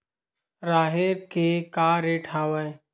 राहेर के का रेट हवय?